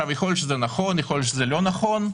ייתכן שזה נכון או לא נכון,